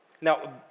Now